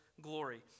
glory